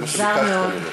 מוזר מאוד.